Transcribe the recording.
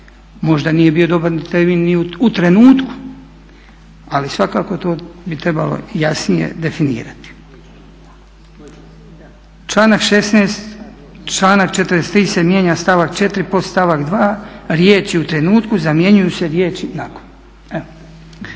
Možda nije bio dobar termini ni u trenutku, ali svakako to bi trebalo jasnije definirati. Članak 16.članak 43.se mijenja stavak 4.podstavak 2. riječi u "u trenutku" zamjenjuju se riječi "nakon",